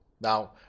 now